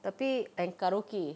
tapi and karaoke